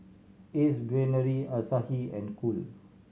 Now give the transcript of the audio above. Ace Brainery Asahi and Cool